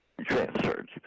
transferred